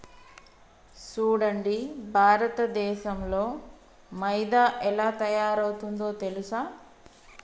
సూడండి భారతదేసంలో మైదా ఎలా తయారవుతుందో తెలుసా